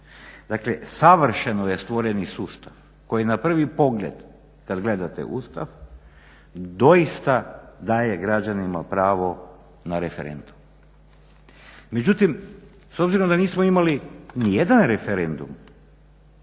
Dakle savršeno je stvoren sustav koji na prvi pogled kad gledate Ustav doista daje građanima pravo na referendum. Međutim, s obzirom da nismo imali nijedan referendum